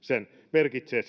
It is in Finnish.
merkitsee